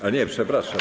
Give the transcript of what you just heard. A nie, przepraszam.